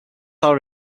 our